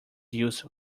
use